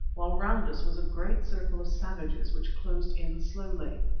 while round us was a great circle of savages which closed in slowly.